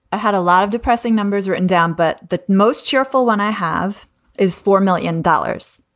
had a lot of depressing numbers written down, but the most cheerful one i have is four million dollars.